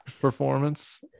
performance